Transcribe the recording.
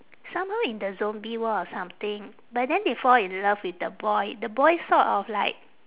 somehow in the zombie world or something but then they fall in love with the boy the boy sort of like